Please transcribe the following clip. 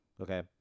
Okay